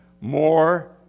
more